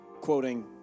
quoting